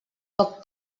poc